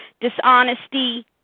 dishonesty